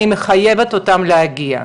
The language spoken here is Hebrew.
אני מחייבת אותם להגיע,